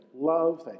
love